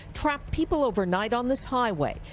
trapped people overnight on this highway.